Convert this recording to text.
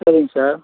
சரிங்க சார்